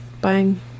buying